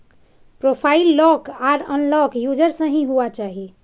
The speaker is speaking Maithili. profile lock or unlock user से ही हुआ चाहिए